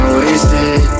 wasted